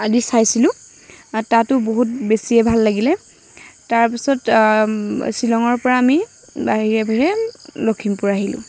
আদি চাইছিলোঁ তাতো বহুত বেছিয়ে ভাল লাগিলে তাৰপিছত শ্বিলঙৰ পৰা আমি বাহিৰে বাহিৰে লখিমপুৰ আহিলোঁ